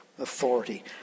authority